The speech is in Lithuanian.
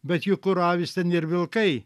bet juk kur avys ten ir vilkai